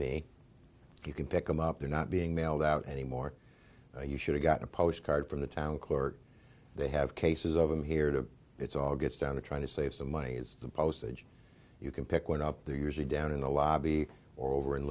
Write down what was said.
me you can pick them up they're not being mailed out anymore you should've got a postcard from the town clerk they have cases of i'm here to it's all gets down to trying to save some money is the postage you can pick one up there usually down in the lobby or over in